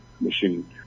machine